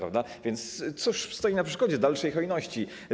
A więc cóż stoi na przeszkodzie dalszej hojności?